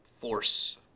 force